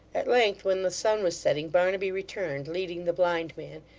at length, when the sun was setting, barnaby returned, leading the blind man,